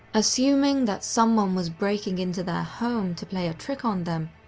assuming that someone was breaking into their home to play a trick on them,